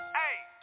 hey